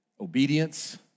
obedience